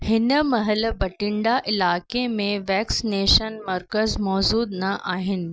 हिन महिल बठिंडा इलाइक़े में वैक्सनेशन मर्कज़ मौज़ूदु न आहिनि